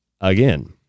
again